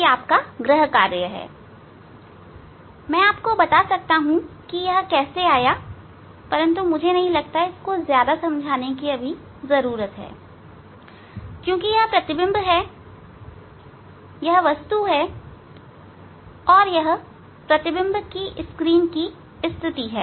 यह गृह कार्य है मैं आपको बता सकता हूं कि यह कैसे आया परंतु मुझे नहीं लगता मुझे ज्यादा समझाने की जरूरत है क्योंकि यह प्रतिबिंब है यह वस्तु है और यह प्रतिबिंब की स्क्रीन स्थिति है